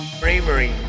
Bravery